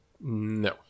No